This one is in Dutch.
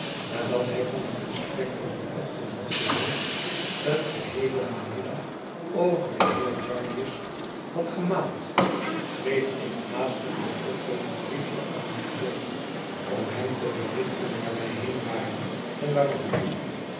nadat hij van het gesprek van dien ochtend had gehoord een geheelen namiddag over den heer jarndyce had gemaald schreef ik haastig met potlood een briefje aan mijn voogd om hem te berichten waar wij heen waren en waarom